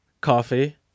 Coffee